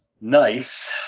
nice